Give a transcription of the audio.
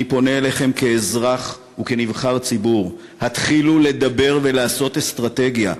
אני פונה אליכם כאזרח וכנבחר ציבור: התחילו לדבר ולעשות אסטרטגיה.